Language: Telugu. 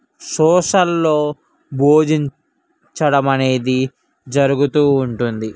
సోషల్లో బోధించడం అనేది జరుగుతు ఉంటుంది